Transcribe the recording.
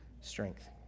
strength